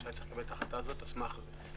כשהיינו צריכים לקבל את ההחלטה הזאת על סמך מה.